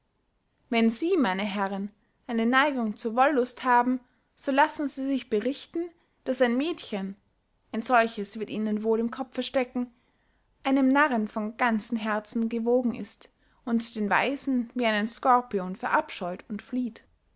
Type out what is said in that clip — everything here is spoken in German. wenn sie meine herren eine neigung zur wollust haben so lassen sie sich berichten daß ein mädchen ein solches wird ihnen wohl im kopfe stecken einem narren von ganzem herzen gewogen ist und den weisen wie einen scorpion verabscheut und flieht